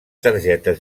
targetes